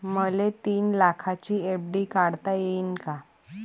मले तीन लाखाची एफ.डी काढता येईन का?